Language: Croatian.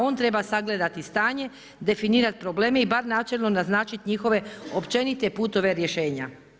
On treba sagledati stanje, definirati probleme i bar načelno naznačiti njihove općenite putove rješenja.